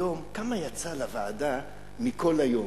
היום כמה יצא לוועדה מכל היום?